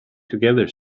together